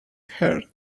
heart